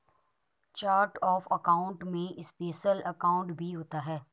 chart of account में special account भी होते हैं